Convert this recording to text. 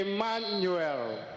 Emmanuel